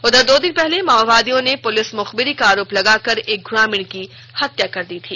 उधर दो दिन पहले माओवादियों ने पुलिस मुखबिरी का आरोप लगाकर एक ग्रामीण की हत्या कर दी थी